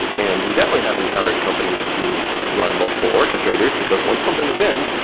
and we definitely have encountered companies who run multiple orchestrators, because once something is in,